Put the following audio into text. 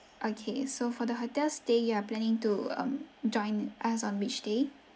okay so for the hotel stay you are planning to um join us on which day